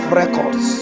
records